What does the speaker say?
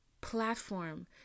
platform